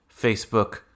facebook